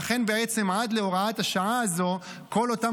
לכן בעצם עד להוראת השעה הזו כל אותם